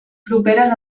properes